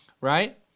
right